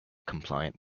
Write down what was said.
compliant